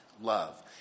love